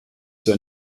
zur